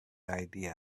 idea